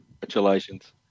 Congratulations